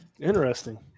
Interesting